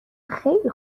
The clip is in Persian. خیلی